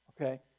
okay